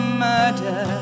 murder